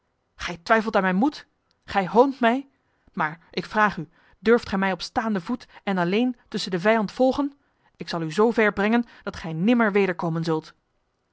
twijfelt aan mijn moed gij hoont mij maar ik vraag u durft gij mij op staande voet en alleen tussen de vijand volgen ik zal u zo ver brengen dat gij nimmer wederkomen zult